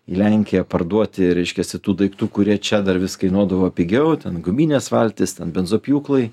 į lenkiją parduoti reiškiasi tų daiktų kurie čia dar vis kainuodavo pigiau ten guminės valtys ten benzopjūklai